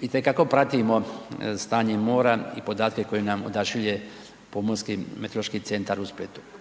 itekako pratimo stanje mora i podatke koje nam odašilje Pomorski meteorološki centar u Splitu.